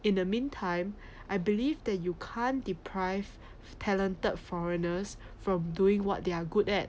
in the meantime I believe that you can't deprive talented foreigners from doing what they are good at